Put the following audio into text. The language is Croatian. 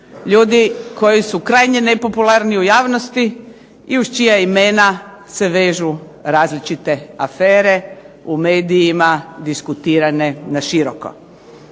ljudi koji su krajnje nepopularni u javnosti i uz čija imena se vežu različite afere u medijima diskutirane na široko.